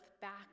back